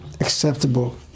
acceptable